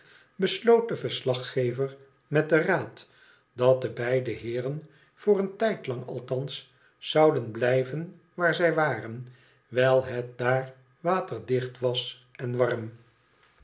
de verslaggever met den raad dat de beide heeren voor een tijdlang althans zouden blijven waar zij waren wijl het daar waterdicht was en warm